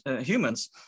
humans